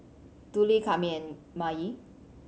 Dudley Kami and Maye